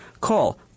Call